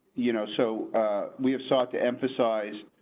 you know, so we have sought to emphasize.